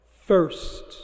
First